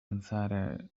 consider